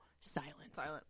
silence